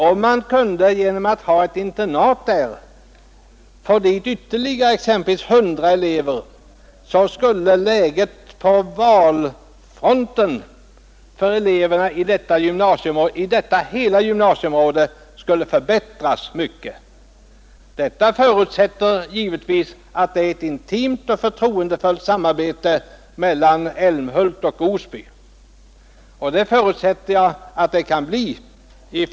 Om man genom att där ha ett internat kunde få dit ytterligare exempelvis 100 elever, så skulle valmöjligheterna för eleverna i hela detta gymnasieområde förbättras. Detta förutsätter givetvis att det är ett intimt och förtroendefullt samarbete mellan Älmhult och Osby, och jag utgår ifrån att det kan bli ett sådant.